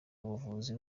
ubuvuzi